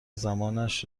زمانش